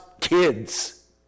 kids